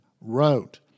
wrote